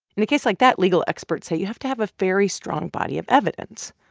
in a case like that, legal experts say, you have to have a very strong body of evidence.